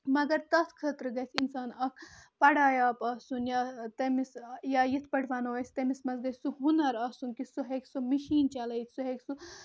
مگر تَتھ خٲطرٕ گَژھِ اِنسان اَکھ پَڑایاب آسُن یا تٔمِس یا یِتھ پٲٹھۍ وَنو أسۍ تٔمِس منٛز گَژھِ سُہ ہُنَر آسُن کہِ سُہ ہیٚکہِ سُہ مِشیٖن چَلٲیِتھ سُہ ہیٚکہِ سُہ